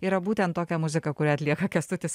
yra būtent tokia muzika kurią atlieka kęstutis